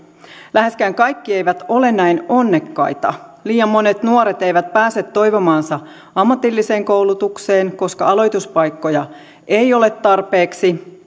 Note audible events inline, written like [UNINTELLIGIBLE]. läheskään kaikki eivät ole näin onnekkaita liian monet nuoret eivät pääse toivomaansa ammatilliseen koulutukseen koska aloituspaikkoja ei ole tarpeeksi [UNINTELLIGIBLE]